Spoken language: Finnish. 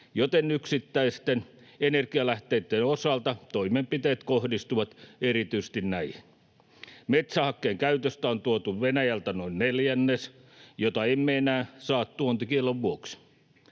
joten yksittäisten energialähteitten osalta toimenpiteet kohdistuvat erityisesti näihin. Metsähakkeen käytöstä on tuotu Venäjältä noin neljännes, jota emme enää saa tuontikiellon vuoksi.